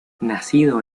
nacido